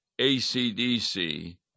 ACDC